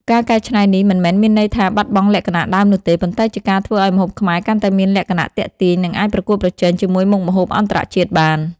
ការកែច្នៃនេះមិនមែនមានន័យថាបាត់បង់លក្ខណៈដើមនោះទេ ប៉ុន្តែជាការធ្វើឲ្យម្ហូបខ្មែរកាន់តែមានលក្ខណៈទាក់ទាញ និងអាចប្រកួតប្រជែងជាមួយមុខម្ហូបអន្តរជាតិបាន។